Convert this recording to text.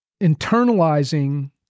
internalizing